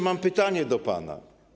Mam pytanie do pana.